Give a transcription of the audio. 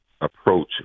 approach